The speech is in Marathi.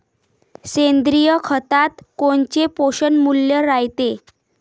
सेंद्रिय खतात कोनचे पोषनमूल्य रायते?